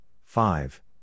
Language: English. five